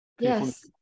Yes